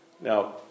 Now